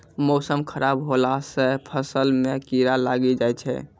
मौसम खराब हौला से फ़सल मे कीड़ा लागी जाय छै?